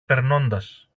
περνώντας